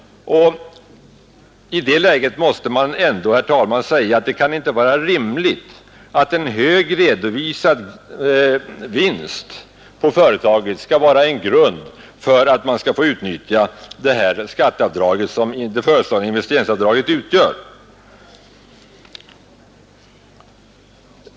I den situationen måste man ändå, herr talman, säga att det inte kan vara rimligt att en hög redovisad vinst i företaget skall vara en grund för att man skall få utnyttja det skatteavdrag som det föreslagna investeringsavdraget utgör.